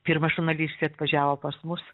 pirma žurnalistė atvažiavo pas mus